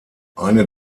eine